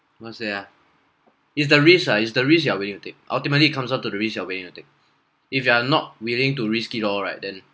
what you say ah it's the risk lah it's the risk you are willing to take ultimately it comes up to the risk yeah when you take if you are not willing to risk it all right then